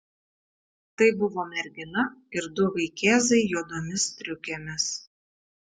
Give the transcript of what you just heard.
tai buvo mergina ir du vaikėzai juodomis striukėmis